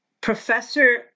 professor